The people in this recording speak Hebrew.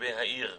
תושבי העיר,